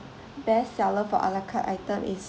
best seller for ala carte item is